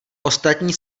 ostatní